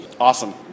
Awesome